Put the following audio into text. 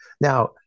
Now